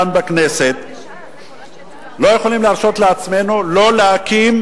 כאן בכנסת אנחנו לא יכולים להרשות לעצמנו לא להקים